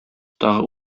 тагы